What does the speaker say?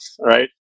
right